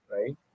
right